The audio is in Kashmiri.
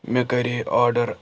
مےٚ کَرے آرڈر